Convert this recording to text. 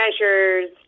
measures